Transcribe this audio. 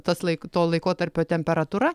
tas laik to laikotarpio temperatūra